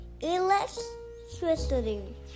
electricity